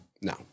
No